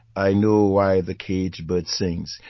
i know why the caged bird sings.